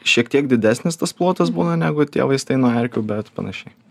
šiek tiek didesnis tas plotas būna negu tie vaistai nuo erkių bet panašiai